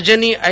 રાજ્યની આઇ